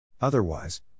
Otherwise